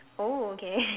oh okay